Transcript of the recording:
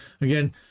Again